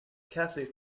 cathy